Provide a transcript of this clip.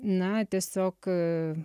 na tiesiog